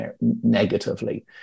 negatively